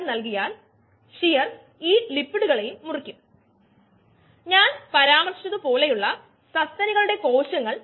അതിനാൽ നമ്മൾ pseudo steady state ധാരണകൾ ഉപയോഗിക്കുമ്പോൾ സ്വഭാവരീതികളെ അടിസ്ഥാനമാക്കി പരക്കെ വ്യസ്ത്യസ്തമായ രണ്ട് പ്രോസസ്സ് നമുക്ക് ആവശ്യമാണ്